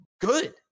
good